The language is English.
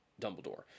Dumbledore